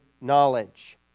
knowledge